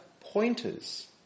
pointers